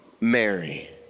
Mary